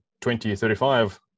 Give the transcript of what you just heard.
2035